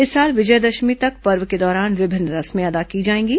इस साल विजयादशमी तक पर्व के दौरान विभिन्न रस्में अदा की जाएंगी